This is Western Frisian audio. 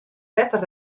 better